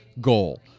goal